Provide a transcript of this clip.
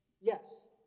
Yes